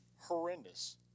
horrendous